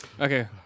Okay